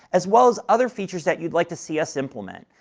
as well as other features that you would like to see us implement.